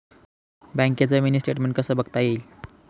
बँकेचं mini statement कसं बघता येईल?